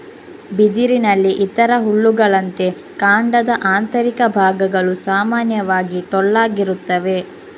ಬಿದಿರಿನಲ್ಲಿ ಇತರ ಹುಲ್ಲುಗಳಂತೆ, ಕಾಂಡದ ಆಂತರಿಕ ಭಾಗಗಳು ಸಾಮಾನ್ಯವಾಗಿ ಟೊಳ್ಳಾಗಿರುತ್ತವೆ